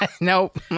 Nope